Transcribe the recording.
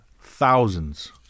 thousands